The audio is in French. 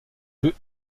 peut